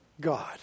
God